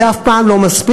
זה אף פעם לא מספיק,